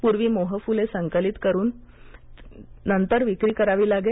पूर्वी मोहफुले संकलित करून नंतर विक्री करावी लागे